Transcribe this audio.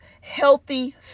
healthy